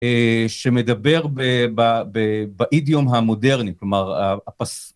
שמדבר באידאום המודרני, כלומר,